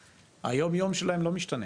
היומיום שלהם לא משתנה.